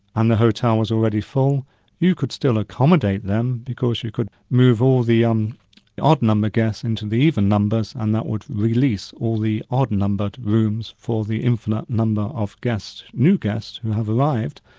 and the hotel was already you could still accommodate them because you could move all the um odd number guests into the even numbers and that would release all the odd numbered rooms for the infinite number of guests, new guests, who have arrived,